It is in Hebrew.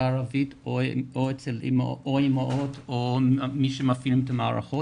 הערבית או אימהות או מי שמפעיל את המערכות.